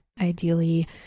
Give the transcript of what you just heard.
Ideally